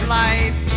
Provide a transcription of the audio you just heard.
life